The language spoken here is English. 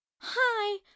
hi